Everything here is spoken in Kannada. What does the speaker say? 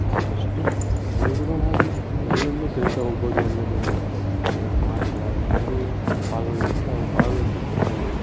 ಸಾಕಷ್ಟು ಅನುಗುಣವಾಗಿ ನಾವೆಲ್ಲದ್ನೂ ಕಲಿತಾ ಹೋಗ್ಬೋದು ಅನ್ನೋದು ನನ್ನ ಎರಡು ಮಾತುಗಳಾಗಿದೆ ಅಂದು ಪಾಲ್ಗೊಳ್ಳೋದ್ರಿಂದ ಅವು ಭಾಗವಹಿಸುತ್ತಿದ್ದೇವೆ